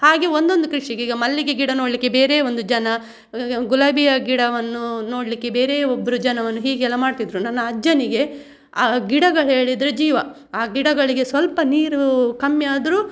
ಹಾಗೆ ಒಂದೊಂದು ಕೃಷಿಗೆ ಈಗ ಮಲ್ಲಿಗೆ ಗಿಡ ನೋಡಲಿಕ್ಕೆ ಬೇರೇ ಒಂದು ಜನ ಗುಲಾಬಿಯ ಗಿಡವನ್ನು ನೋಡಲಿಕ್ಕೆ ಬೇರೆಯೇ ಒಬ್ಬರು ಜನವನ್ನು ಹೀಗೆಲ್ಲ ಮಾಡ್ತಿದ್ದರು ನನ್ನ ಅಜ್ಜನಿಗೆ ಆ ಗಿಡಗಳು ಹೇಳಿದರೆ ಜೀವ ಆ ಗಿಡಗಳಿಗೆ ಸ್ವಲ್ಪ ನೀರು ಕಮ್ಮಿ ಆದರು